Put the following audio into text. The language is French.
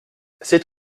sept